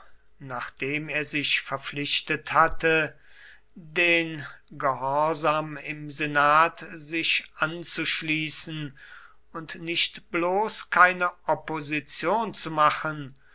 nachdem er sich verpflichtet hatte den gehorsam im senat sich anzuschließen und nicht bloß keine opposition zu machen